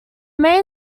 main